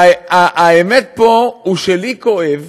והאמת פה היא שלי כואב